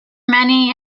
many